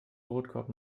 brotkorb